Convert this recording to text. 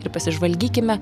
ir pasižvalgykime